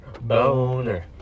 Boner